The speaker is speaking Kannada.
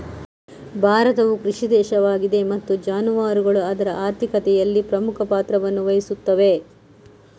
ಭಾರತವು ಕೃಷಿ ದೇಶವಾಗಿದೆ ಮತ್ತು ಜಾನುವಾರುಗಳು ಅದರ ಆರ್ಥಿಕತೆಯಲ್ಲಿ ಪ್ರಮುಖ ಪಾತ್ರವನ್ನು ವಹಿಸುತ್ತವೆ